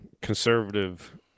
conservative